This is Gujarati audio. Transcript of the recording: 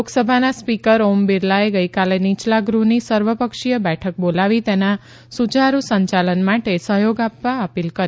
લોકસભાના સ્પીકર ઓમ બિરલાએ ગઇકાલે નીયલા ગૃહની સર્વપક્ષીય બેઠક બોલાવી તેના સૂચારૂ સંચાલન માટે સહયોગ કરવા અપીલ કરી